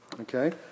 okay